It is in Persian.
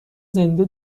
زنده